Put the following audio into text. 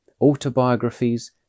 Autobiographies